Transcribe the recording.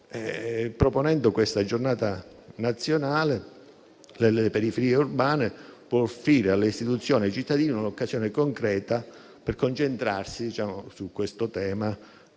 Proponendo la Giornata nazionale delle periferie urbane si può offrire alle istituzioni e ai cittadini un'occasione concreta per concentrarsi sul tema